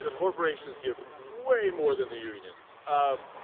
ah corporations give way more than the unions. um,